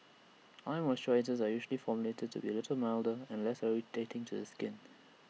eye moisturisers are usually formulated to be A little milder and less irritating to the skin